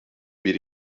bir